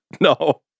No